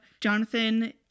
jonathan